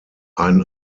ein